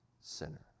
sinner